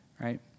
Right